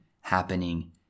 happening